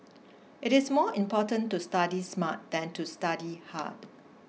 it is more important to study smart than to study hard